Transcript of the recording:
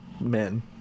men